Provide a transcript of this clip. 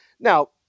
Now